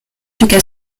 lucas